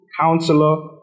Counselor